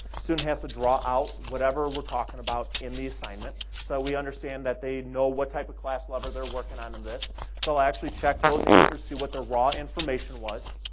student has to draw out whatever we're talking about in the assignment, so we understand that they know what type of class lever they're working on in this, so i'll actually check those answers, see what their raw information was,